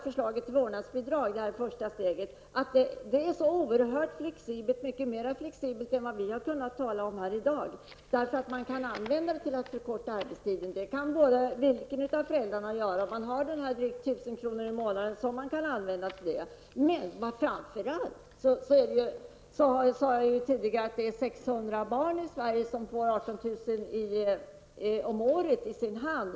Förslaget till det första steget till vårdnadsbidrag är så oerhört flexibelt, mycket mer flexibelt än vad vi har kunnat tala om här i dag, eftersom det kan användas till att förkorta arbetstiden, och det kan båda föräldrarna göra. De har alltså 1 000 kr. per månad till det. Men framför allt är det föräldrarna till 600 barn i Sverige som får 18 000 kr. om året i sin hand.